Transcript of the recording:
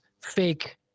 fake